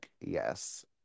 Yes